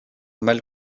mal